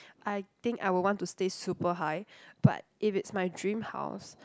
I think I will want to stay super high but if it's my dream house